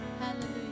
Hallelujah